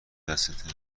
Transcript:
دستته